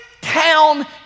town